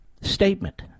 statement